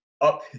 up